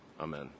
Amen